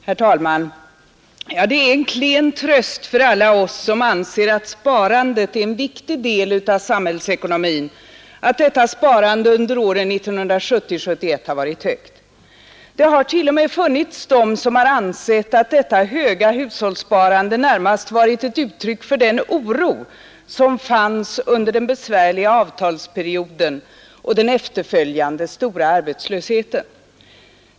Herr talman! Det är en klen tröst för alla oss som anser att sparandet är en viktig del av samhällsekonomin att sparandet under åren 1970-1971 varit högt. Det har t.o.m. funnits de som ansett att det höga hushållssparandet närmast varit ett uttryck för den oro som fanns under den besvärliga avtalsperioden och den efterföljande stora arbetslös heten.